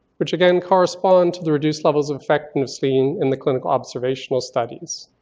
which again correspond to the reduced level of effectiveness seen in the clinical observational studies.